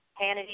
Hannity